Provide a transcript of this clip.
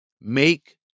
make